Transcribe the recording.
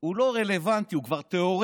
הוא לא רלוונטי, הוא כבר תיאורטי,